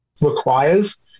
requires